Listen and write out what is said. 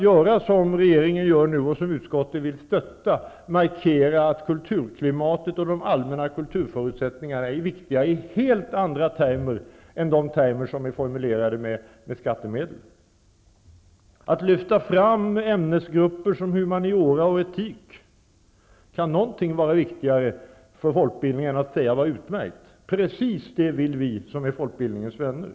Vad regeringen nu gör och som utskottet vill stötta är att markera att kulturklimatet och de allmänna kulturförutsättningarna är viktiga i helt andra termer än de termer som är formulerade med skattemedel. Att lyfta fram ämnesgrupper som humaniora och etik, kan någonting vara viktigare för folkbildningen? Precis det vill vi som är folkbildningens vänner.